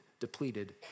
depleted